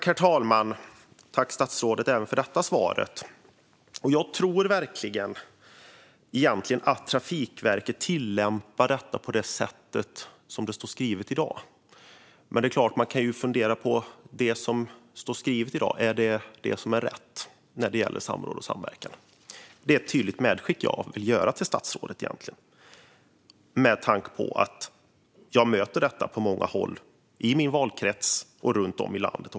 Herr talman! Jag tackar statsrådet även för detta svar. Jag tror verkligen att Trafikverket tillämpar detta på det sätt som det i dag står skrivet att man ska. Men det är klart att det går att fundera på om det som står skrivet när det gäller samråd och samverkan i dag är det som är rätt. Det är ett tydligt medskick jag vill göra till statsrådet, med tanke på att jag möter detta på många håll både i min valkrets och runt om i landet.